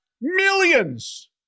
millions